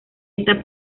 esta